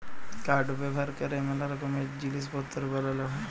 কাঠ ব্যাভার ক্যরে ম্যালা রকমের জিলিস পত্তর বালাল হ্যয়